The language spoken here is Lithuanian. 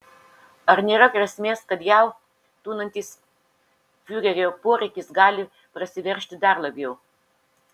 ar nėra grėsmės kad jav tūnantis fiurerio poreikis gali prasiveržti dar labiau